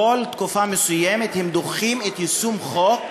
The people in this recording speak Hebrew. בכל תקופה מסוימת הם דוחים את יישום החוק,